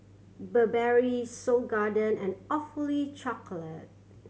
Burberry Seoul Garden and Awfully Chocolate